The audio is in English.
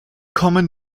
common